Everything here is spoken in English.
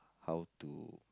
how to